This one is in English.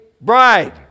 bride